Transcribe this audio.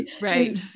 Right